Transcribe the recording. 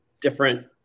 different